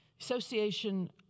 Association